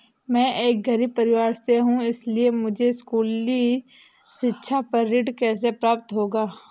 मैं एक गरीब परिवार से हूं इसलिए मुझे स्कूली शिक्षा पर ऋण कैसे प्राप्त होगा?